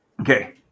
Okay